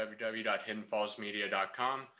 www.hiddenfallsmedia.com